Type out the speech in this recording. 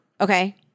Okay